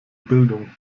bildung